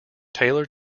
taylor